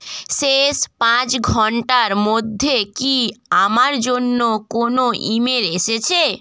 শেষ পাঁচ ঘন্টার মধ্যে কি আমার জন্য কোনো ইমেল এসেছে